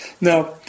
Now